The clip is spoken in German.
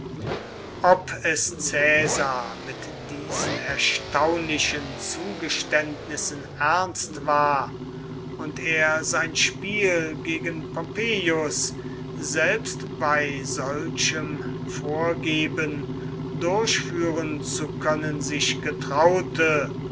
ob es caesar mit diesen erstaunlichen zugeständnissen ernst war und er sein spiel gegen pompeius selbst bei solchem vorgeben durchführen zu können sich getraute